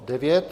9.